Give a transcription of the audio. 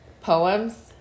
Poems